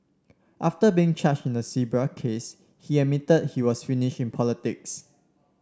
after being charged in the case he admitted that he was finished in politics